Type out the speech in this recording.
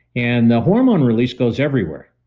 and the hormone release goes everywhere.